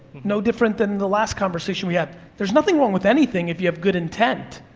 no different than the last conversation we had. there's nothing wrong with anything if you have good intent,